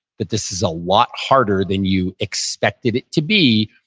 that this is a lot harder than you expected it to be,